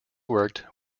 worked